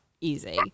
easy